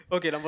Okay